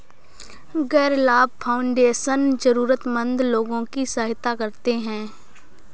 गैर लाभ फाउंडेशन जरूरतमन्द लोगों की सहायता करते हैं